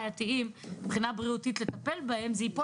כאן במודל